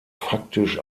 faktisch